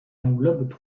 englobe